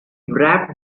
wrapped